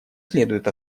следует